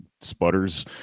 sputters